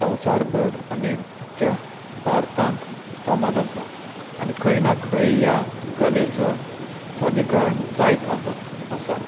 संवसारभर आनी अख्या भारतांत फामाद आसा आनी खंय ना खंय ह्या कलेचो सादरीकरण जायत आसा